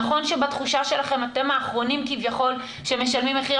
נכון שבתחושה שלכם אתם האחרונים כביכול שמשלמים מחיר,